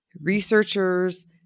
Researchers